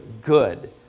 good